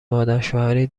مادرشوهری